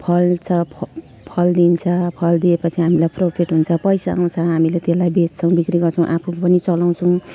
फल्छ फल दिन्छ फल दिएपछि हामीलाई प्रफिट हुन्छ पैसा आउँछ हामीलाई त्यसलाई बेच्छौँ बिक्री गर्छौँ आफू पनि चलाउँछौँ